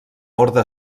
orde